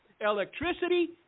Electricity